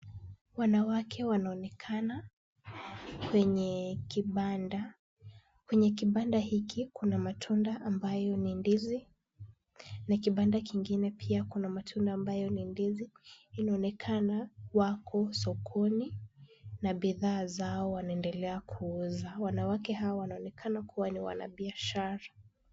Wanawake wanaonekana kwenye kibanda. Kwenye kibanda hiki kuna matunda ambayo ni ndizi na kibanda kingine pia kuna matunda ambayo ni ndizi. Inaonekana wako sokoni na bidhaa zao wanaendelea kuuza. Wanawake hawa wanaonekana kuwa ni wanabiashara.